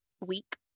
week